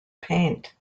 paint